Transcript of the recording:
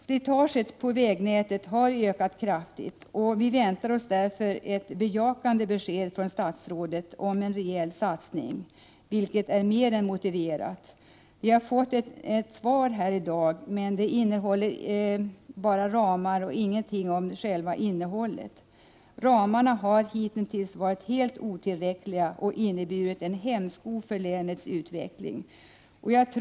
Slitaget på vägnätet har ökat kraftigt, och vi väntar oss därför ett jakande besked från statsrådet om en rejäl satsning, som är mer än motiverad. Statsrådet har gett ett svar, men han talar bara om ramar och säger ingenting om innehållet. Ramarna har hitintills varit helt otillräckliga och har inneburit en hämsko för länets utveckling.